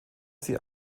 sie